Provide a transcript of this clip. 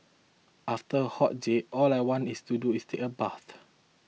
after a hot day all I want is to do is take a bath